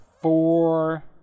four